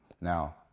Now